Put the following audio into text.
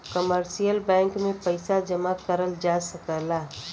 commercial bank में पइसा जमा करल जा सकला